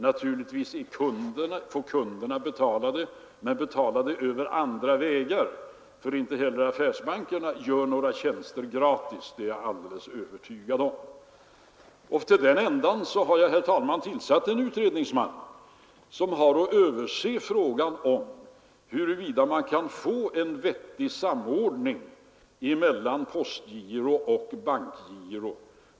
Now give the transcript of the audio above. Naturligtvis får kunderna betala för bankgirots tjänster, ehuru betalningen går andra vägar — inte heller affärsbankerna gör några tjänster gratis, det är jag alldeles övertygad om. Därför har jag, herr talman, tillsatt en utredningsman som har att undersöka huruvida man kan åstadkomma en vettig samordning mellan postgiro och bankgiro.